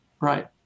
Right